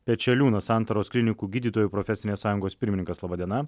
pečeliūnas santaros klinikų gydytojų profesinės sąjungos pirmininkas laba diena